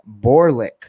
Borlick